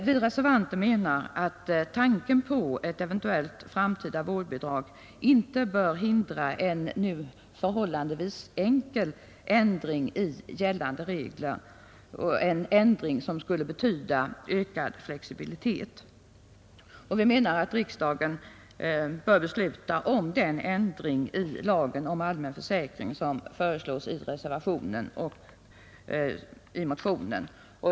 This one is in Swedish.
Vi reservanter menar att tanken på ett eventuellt framtida vårdbidrag inte bör hindra en nu förhållandevis enkel ändring i gällande regler — en ändring som skulle betyda ökad flexibilitet. Riksdagen bör därför besluta om den ändring i lagen om allmän försäkring som föreslås i motionen och reservationen. Herr talman!